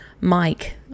Mike